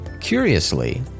Curiously